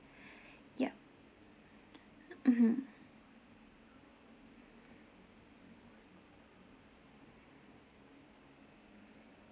yup mmhmm